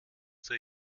zur